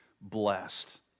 blessed